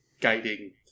guiding